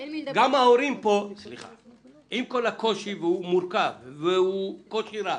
עם כל הקושי, והוא מורכב והוא רב,